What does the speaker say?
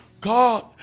God